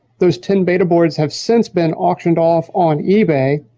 those ten beta boards have since been auctioned off on ebay.